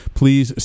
please